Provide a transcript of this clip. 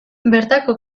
bertako